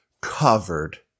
covered